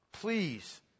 Please